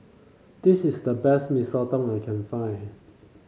this is the best Mee Soto I can find